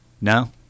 No